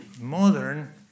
modern